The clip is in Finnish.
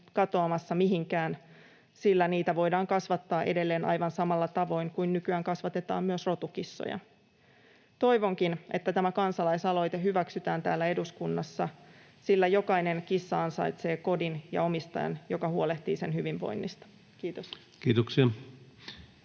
katoamassa mihinkään, sillä niitä voidaan kasvattaa edelleen aivan samalla tavoin kuin nykyään kasvatetaan myös rotukissoja. Toivonkin, että tämä kansalaisaloite hyväksytään täällä eduskunnassa, sillä jokainen kissa ansaitsee kodin ja omistajan, joka huolehtii sen hyvinvoinnista. — Kiitos.